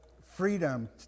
freedom